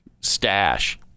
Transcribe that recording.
stash